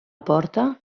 porta